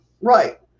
Right